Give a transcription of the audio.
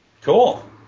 cool